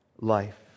life